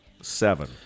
seven